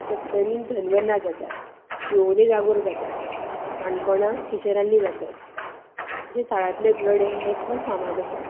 सत्तरीन धनगर नाच जातात शिवोले जागोर जातात काणकोणा शिशरान्नी जातात तशें साळांतले गडे हे खूब फार्माद आसा